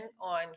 on